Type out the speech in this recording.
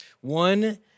One